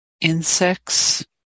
insects